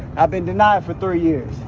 i've been denied for three years.